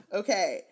okay